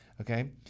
Okay